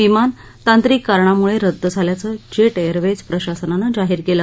विमान तांत्रिक कारणामुळे रद्द झाल्याचं जेट एअरवेज प्रशासनानं जाहीर केलं